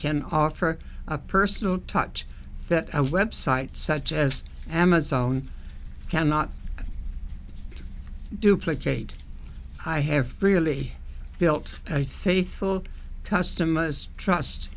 can offer a personal touch that a website such as amazon cannot duplicate i have really built i thought customers trust